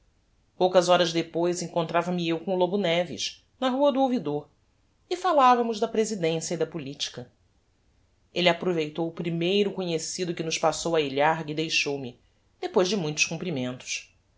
poucas horas depois encontrava me eu com o lobo neves na rua do ouvidor e falavamos da presidencia e da politica elle aproveitou o primeiro conhecido que nos passou á ilharga e deixou-me depois de muitos comprimentos